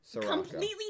completely